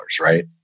right